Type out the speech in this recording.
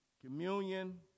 Communion